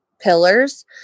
pillars